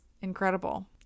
incredible